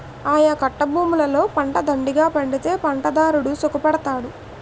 ఆయకట్టభూములలో పంటలు దండిగా పండితే పంటదారుడు సుఖపడతారు